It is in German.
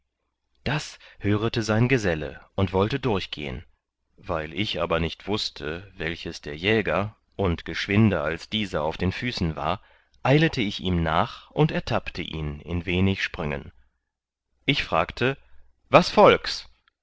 das hörete sein geselle und wollte durchgehen weil ich aber nicht wußte welches der jäger und geschwinder als dieser auf den füßen war eilete ich ihm nach und ertappte ihn in wenig sprüngen ich fragte was volks